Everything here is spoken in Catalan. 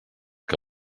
que